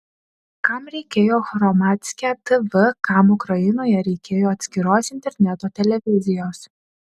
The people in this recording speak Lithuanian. kam reikėjo hromadske tv kam ukrainoje reikėjo atskiros interneto televizijos